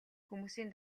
хүмүүсийн